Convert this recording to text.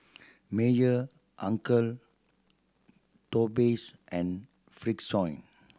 Mayer Uncle Toby's and Frixion